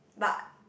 but